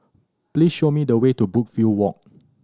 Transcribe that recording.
please show me the way to Brookvale Walk